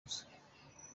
gusa